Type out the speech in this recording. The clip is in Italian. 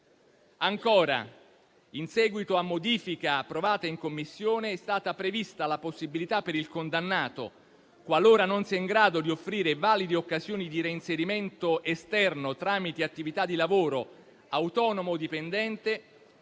Ancora, in seguito a modifica approvata in Commissione, è stata prevista la possibilità per il condannato, qualora non sia in grado di offrire valide occasioni di reinserimento esterno tramite attività di lavoro, autonoma o dipendente,